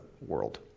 world